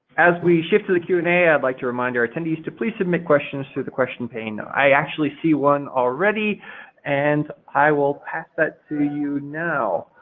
as we shift to the q and a, i'd like to remind our attendees to please submit questions through the question pane. i actually see one already and i will pass that to you now.